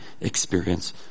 experience